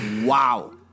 Wow